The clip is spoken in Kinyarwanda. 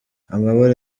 amabara